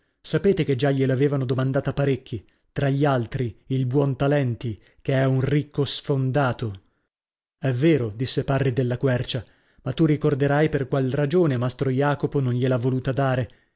sapete che già gliel'avevano domandata parecchi tra gli altri il buontalenti che è un ricco sfondato è vero disse parri della quercia ma tu ricorderai per qual ragione mastro jacopo non gliel'ha voluta dare